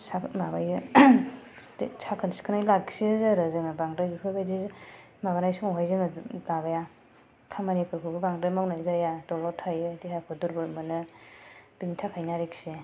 माबायो साखोन सिखोनै लाखियो आरो जोङो बांद्राय बेफोरबायदि माबानाय समावहाय जोङो माबाया खामानिफोरखौबो बांद्राय मावनाय जाया दलद थायो देहाखौ दुरबल मोनो बेनिथाखायनो आरोखि